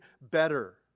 better